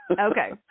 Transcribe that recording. Okay